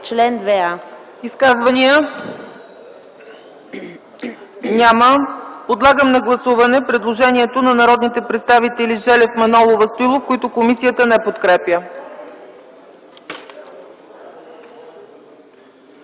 ЦАЧЕВА: Изказвания? Няма. Подлагам на гласуване предложението на народните представители Желев, Манолова и Стоилов, което комисията не подкрепя.